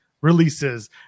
releases